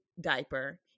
diaper